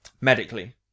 medically